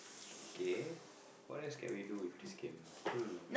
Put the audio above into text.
kay what else can we do with this game hmm